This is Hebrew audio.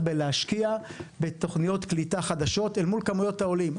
בהשקעה בתוכניות קליטה חדשות מול כמויות העולים.